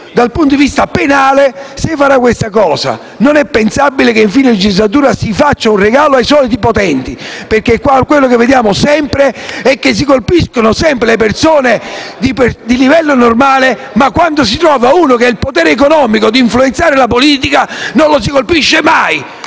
dal punto di vista penale se farà questo. Non è pensabile che a fine legislatura si faccia un regalo ai soliti potenti. Quello che vediamo è che si colpiscono sempre le persone normali. Ma, quando si trova uno che ha il potere economico di influenzare la politica, non lo si colpisce mai.